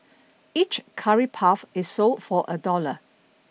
each Curry Puff is sold for a dollar